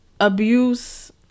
abuse